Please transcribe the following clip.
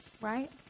right